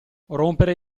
rompere